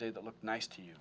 do that look nice to you